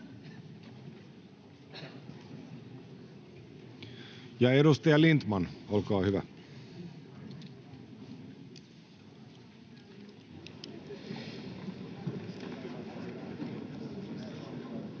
Edustaja Lindtman, olkaa hyvä.